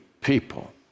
people